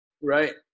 right